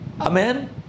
amen